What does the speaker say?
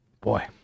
boy